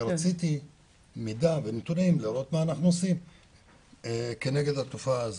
כי רציתי מידע ונתונים לראות מה אנחנו עושים נגד התופעה הזו.